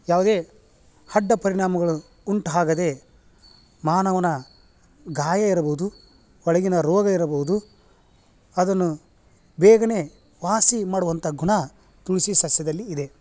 ಯಾವುದೇ ಅಡ್ಡ ಪರಿಣಾಮಗಳು ಉಂಟಾಗದೆ ಮಾನವನ ಗಾಯ ಇರಬೋದು ಒಳಗಿನ ರೋಗ ಇರಬೋದು ಅದನ್ನು ಬೇಗನೆ ವಾಸಿ ಮಾಡುವಂಥ ಗುಣ ತುಳಸಿ ಸಸ್ಯದಲ್ಲಿ ಇದೆ